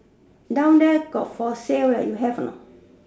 down there got for sale leh you have or not